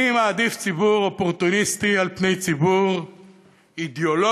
אני מעדיף ציבור אופורטוניסטי על פני ציבור אידיאולוגי,